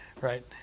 right